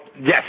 yes